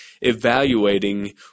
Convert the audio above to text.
evaluating